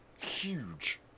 Huge